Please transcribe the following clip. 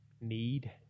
need